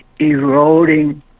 eroding